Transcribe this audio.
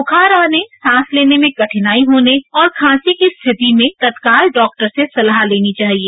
बुखार आने सांस लेने में कठिनाई होने और खांसी की स्थिति में तत्काल डॉक्टर से सलाह लेनी चाहिए